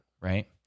right